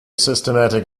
systematic